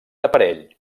aparell